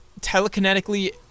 telekinetically